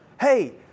Hey